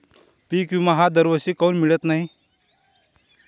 पिका विमा हा दरवर्षी काऊन मिळत न्हाई?